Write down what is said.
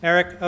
Eric